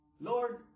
Lord